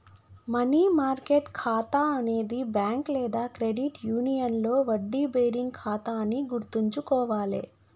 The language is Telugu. మనీ మార్కెట్ ఖాతా అనేది బ్యాంక్ లేదా క్రెడిట్ యూనియన్లో వడ్డీ బేరింగ్ ఖాతా అని గుర్తుంచుకోవాలే